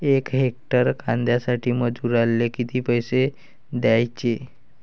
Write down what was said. यक हेक्टर कांद्यासाठी मजूराले किती पैसे द्याचे?